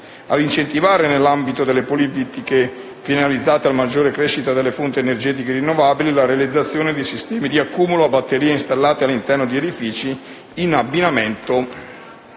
ad incentivare, nell'ambito delle politiche finalizzate alla maggiore crescita delle fonti energetiche rinnovabili, la realizzazione di sistemi di accumulo a batterie installati all'interno di edifici in abbinamento